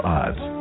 odds